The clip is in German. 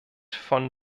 von